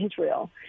Israel